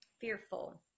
fearful